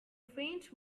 faint